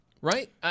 right